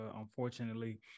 unfortunately